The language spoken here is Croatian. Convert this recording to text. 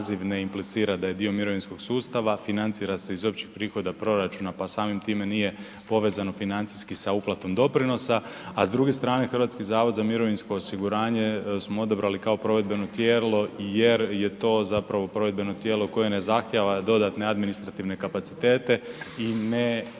ne implicira da je dio mirovinskog sustava, financira se iz općih prihoda proračuna pa samim time nije povezano financijski sa uplatom doprinosa. A s druge strane HZMO smo odabrali kao provedbeno tijelo jer je to provedbeno tijelo koje ne zahtijeva dodatne administrativne kapacitete i ne